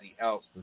else